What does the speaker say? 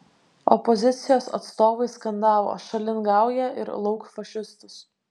opozicijos atstovai skandavo šalin gaują ir lauk fašistus